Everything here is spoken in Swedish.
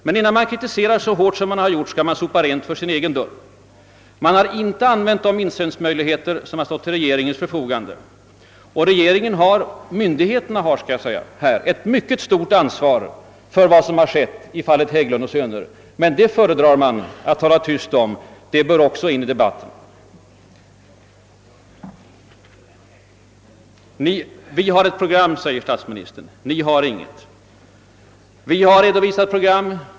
Men innan man kritiserar så hårt som man gjort skall man sopa rent framför sin egen dörr. Staten har inte använt de insynsmöjligheter som stått till förfogande, och myndigheterna har ett mycket stort ansvar för vad som skett i fallet Hägglund & Söner. Detta föredrar man att tala tyst om, men det bör föras in i debatten. »Vi inom socialdemokratin har ett program», säger statsministern — ni har inget. Jo, herr statsminister, vi har redovisat ett program.